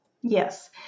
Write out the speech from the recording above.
Yes